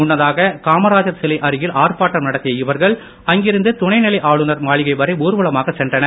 முன்னதாக காமராஜர் சிலை அருகில் ஆர்ப்பாட்டம் நடத்திய இவர்கள் அங்கிருந்து துணைநிலை ஆளுநர் மாளிகை வரை ஊர்வலமாக சென்றனர்